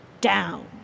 down